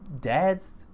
dads